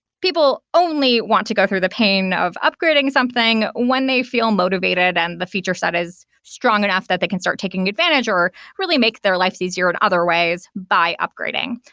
people only want to go through the pain of upgrading something when they feel motivated and the feature set is strong enough that they can start taking advantage or really make their lives easier or other ways by upgrading.